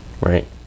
right